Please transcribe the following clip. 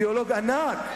אידיאולוג ענק,